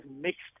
mixed